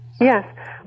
Yes